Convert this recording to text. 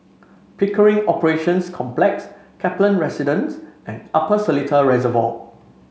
Pickering Operations Complex Kaplan Residence and Upper Seletar Reservoir